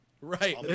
Right